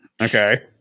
Okay